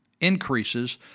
increases